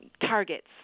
targets